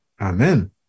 Amen